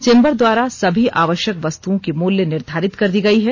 chamber द्वारा सभी आवश्यक वस्तुओं की मूल्य निर्धारित कर दी गई है